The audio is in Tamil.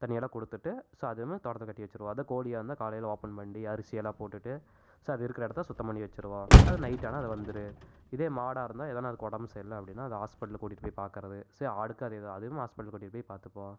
தண்ணியெல்லாம் கொடுத்துட்டு ஸோ அதுவுமே தோட்டத்தில கட்டி வச்சிருவோம் அதே கோழியாயிருந்தான் காலையில ஓப்பன் பண்ணி அரிசி எல்லாம் போட்டுட்டு ஸோ அது இருக்கிற இடத்த சுத்தம் பண்ணி வச்சிடுவோம் அது நைட்டான அது வந்துரும் இதே மாடாருந்தால் எதனால் அதுக்கு உடம்பு சரியில்லை அப்படின்னா அதை ஹாஸ்பிட்டல் கூட்டிட்டு போய் பார்க்குறது ஸோ ஆடுக்கு அதேதான் அதுவும் ஹாஸ்பிட்டல் கூட்டிட்டு போய் பார்த்துப்போம்